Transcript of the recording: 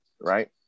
right